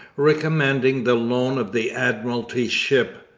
recommending the loan of the admiralty ship,